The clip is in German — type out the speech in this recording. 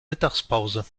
mittagspause